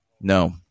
no